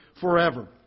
forever